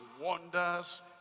wonders